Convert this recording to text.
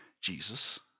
Jesus